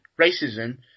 racism